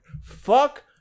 fuck